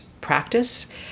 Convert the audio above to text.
practice